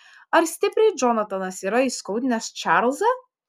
ar stipriai džonatanas yra įskaudinęs čarlzą